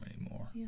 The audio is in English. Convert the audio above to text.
anymore